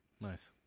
Nice